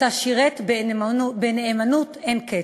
שאותה שירת בנאמנות אין קץ.